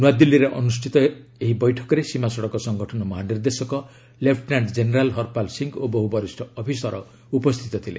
ନୂଆଦିଲ୍ଲୀରେ ଅନୁଷ୍ଠିତ ଏହି ବୈଠକରେ ସୀମା ସଡ଼କ ସଂଗଠନ ମହାନିର୍ଦ୍ଦେଶକ ଲେପୁନାଣ୍ଟ ଜେନେରାଲ୍ ହରପାଲ ସିଂହ ଓ ବହୁ ବରିଷ୍ଠ ଅଫିସର ଉପସ୍ଥିତ ଥିଲେ